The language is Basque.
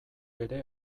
ere